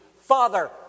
Father